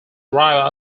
arrive